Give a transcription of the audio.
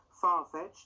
Far-fetched